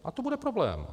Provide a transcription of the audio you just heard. A to bude problém.